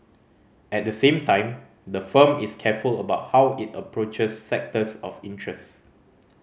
at the same time the firm is careful about how it approaches sectors of interest